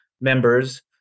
members